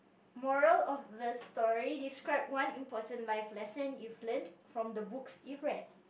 moral of the story describe one important life lesson you've learnt from the books you've read